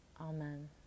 Amen